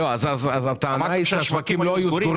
אז השווקים לא היו סגורים?